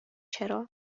چرا